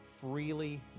freely